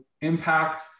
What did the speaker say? impact